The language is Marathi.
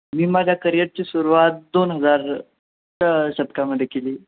मी माझ्या करिअरची सुरुवात दोन हजारच्या शतकामध्ये केली